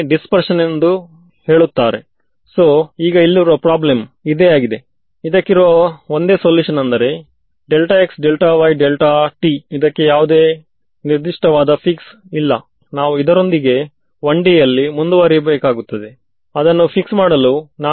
ವಿದ್ಯಾರ್ಥಿಹಾಗಾದರೆ ಎಲ್ಲವನ್ನೂ ಅದೇ ತರಹ ಶೇಡ್ ಮಾಡಬೇಕು ಬ್ರೂಟ್ ಫೊರ್ಸ್ ಮಾದರಿಯು ಈ ರೀತಿಯಾಗಿದೆ ನನಗೆ ಕ್ರಾಸ್ ಸೆಕ್ಷನ್ ಅನ್ನು ಕಂಡು ಹಿಡಿಯಬೇಕಾಗಿದೆ ಇದರ ಅರ್ಥ ನನ್ನ ವೀಕ್ಷಕ ಅನಂತ ದೂರದಲ್ಲಿ ಇದ್ದಾನೆ